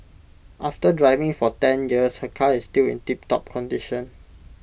after driving for ten years her car is still in tiptop condition